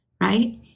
right